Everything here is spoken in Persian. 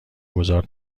گذار